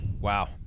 Wow